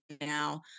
now